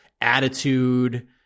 attitude